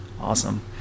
Awesome